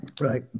right